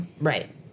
Right